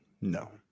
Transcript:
no